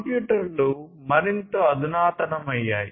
కంప్యూటర్లు మరింత అధునాతనమయ్యాయి